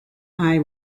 eye